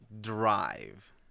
drive